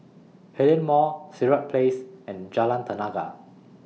Hillion Mall Sirat Place and Jalan Tenaga